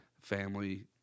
Family